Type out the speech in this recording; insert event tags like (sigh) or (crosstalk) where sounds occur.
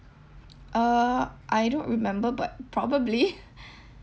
(noise) uh I don't remember but probably (laughs)